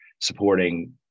supporting